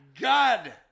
God